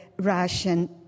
Russian